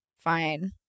fine